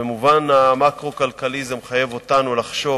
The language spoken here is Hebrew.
במובן המקרו-כלכלי זה מחייב אותנו לחשוב